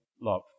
love